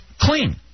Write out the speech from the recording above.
clean